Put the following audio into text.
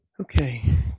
Okay